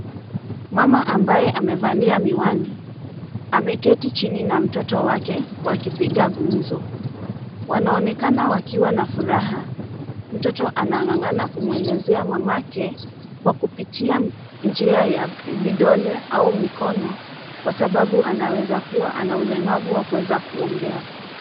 Mama ambaye amevalia miwani ameketi chini na mtoto wake wakipiga gumzo. Wanaonekana wakiwa na furaha, mtoto anang'ang'ana kumwelezea mamake kwa kupitia njia ya vidole au mikono kwa sababu anaweza kuwa ana ulemavu wa kuweza kuongea.